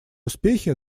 успехи